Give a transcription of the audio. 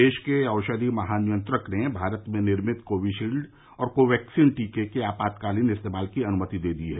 देश के औषध महानियंत्रक ने भारत में निर्मित कोविशील्ड और कोवैक्सीन टीके के आपातकालीन इस्तेमाल की अनुमति दे दी है